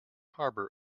harbour